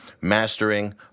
mastering